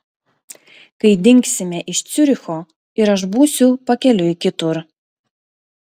kai dingsime iš ciuricho ir aš būsiu pakeliui kitur